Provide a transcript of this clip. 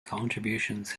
contributions